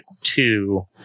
two